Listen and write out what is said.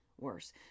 worse